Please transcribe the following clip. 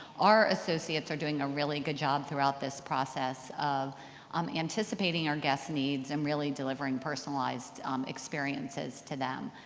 our associates are doing a really good job throughout this process of um anticipating our guests' needs and really delivering personalized experiences to them.